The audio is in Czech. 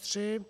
3.